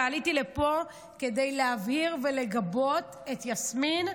ועליתי לפה כדי להבהיר ולגבות את יסמין,